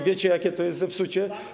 Wiecie, jakie to jest zepsucie?